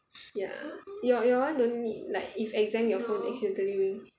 ya your your [one] don't need like if exam your phone accidentally ring